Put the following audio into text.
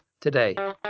today